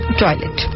toilet